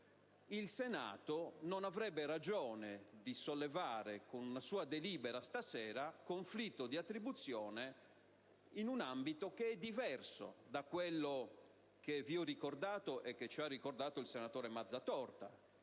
il Senato non avrebbe ragione di sollevare con una sua delibera questa sera un conflitto di attribuzione in un ambito che è diverso da quello che vi ho ricordato e che ci ha ricordato il senatore Mazzatorta.